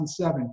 2007